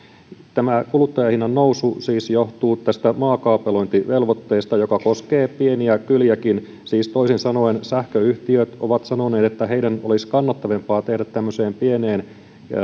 kuluttajahinnan nousu siis johtuu maakaapelointivelvoitteesta joka koskee pieniä kyliäkin siis toisin sanoen sähköyhtiöt ovat sanoneet että heidän olisi kannattavampaa tehdä pieneen